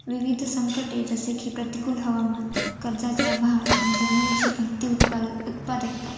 विविध संकटे जसे की प्रतिकूल हवामान कर्जाचा भार आणि जमिनीची घटती उत्पा उत्पादकता